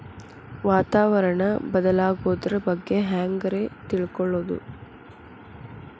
ವಾತಾವರಣ ಬದಲಾಗೊದ್ರ ಬಗ್ಗೆ ಹ್ಯಾಂಗ್ ರೇ ತಿಳ್ಕೊಳೋದು?